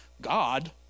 God